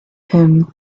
him